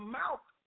mouth